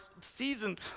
season